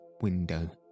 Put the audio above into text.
window